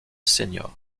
seniors